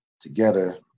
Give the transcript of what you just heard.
together